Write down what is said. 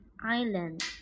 island